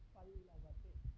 प्लवते